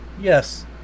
Yes